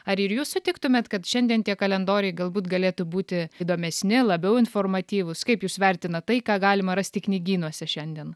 ar ir jūs sutiktumėt kad šiandien tie kalendoriai galbūt galėtų būti įdomesni labiau informatyvūs kaip jūs vertinat tai ką galima rasti knygynuose šiandien